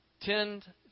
tend